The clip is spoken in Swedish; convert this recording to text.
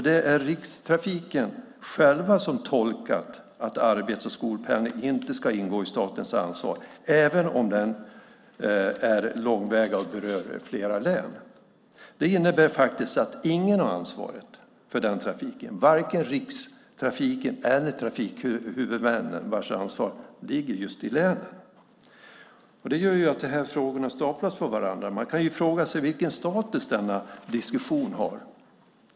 Det är Rikstrafiken själv som har tolkat att arbets och skolpendling inte ska ingå i statens ansvar, även om den är långväga och berör flera län. Det innebär faktiskt att ingen har ansvar för den trafiken, varken Rikstrafiken eller trafikhuvudmännen vars ansvar ligger just i länen. Frågorna staplas på varandra. Man kan ju fråga sig vilken status denna diskussion har.